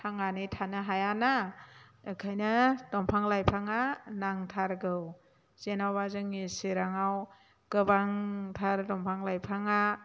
थांनानै थानो हायाना ओंखायनो दंफां लाइफाङा नांथारगौ जेनेबा जोंनि चिराङाव गोबांथार दंफां लाइफाङा